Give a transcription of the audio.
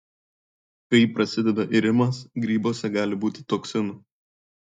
kai prasideda irimas grybuose gali būti toksinų